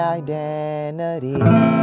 identity